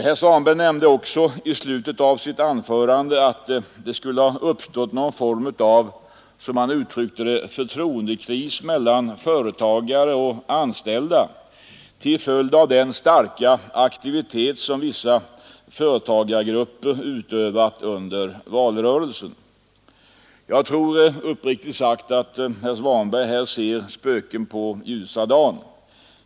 Herr Svanberg nämnde också i slutet av sitt anförande att det skulle ha uppstått någon form av, som han uttryckte det, förtroendekris mellan företagare och anställda till följd av den starka aktivitet som vissa företagargrupper utövat under valrörelsen. Där tror jag, uppriktigt sagt, att herr Svanberg ser spöken mitt på ljusa dagen.